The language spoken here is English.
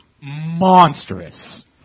monstrous